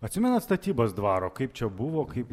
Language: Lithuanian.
atsimenat statybas dvaro kaip čia buvo kaip